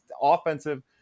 offensive